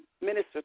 Minister